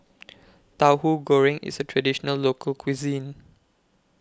Tauhu Goreng IS A Traditional Local Cuisine